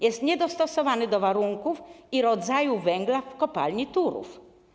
Jest niedostosowany do warunków i rodzaju węgla z kopalni Turów.